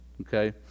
Okay